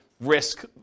risk